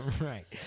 Right